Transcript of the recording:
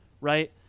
right